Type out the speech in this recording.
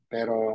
Pero